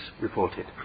reported